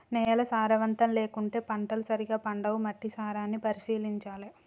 నేల సారవంతం లేకుంటే పంటలు సరిగా పండవు, మట్టి సారాన్ని పరిశీలించాలె